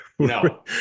No